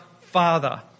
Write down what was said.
Father